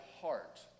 heart